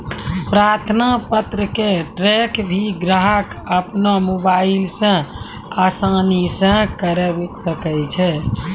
प्रार्थना पत्र क ट्रैक भी ग्राहक अपनो मोबाइल स आसानी स करअ सकै छै